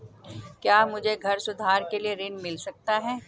क्या मुझे घर सुधार के लिए ऋण मिल सकता है?